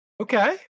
Okay